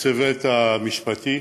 לצוות המשפטי,